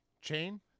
Chain